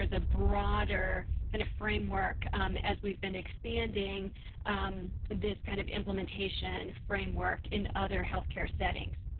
the broader kind of framework as we've been expanding this kind of implementation framework in other health care settings.